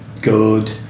good